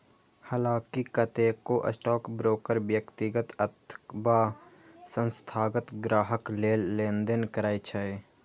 हलांकि कतेको स्टॉकब्रोकर व्यक्तिगत अथवा संस्थागत ग्राहक लेल लेनदेन करै छै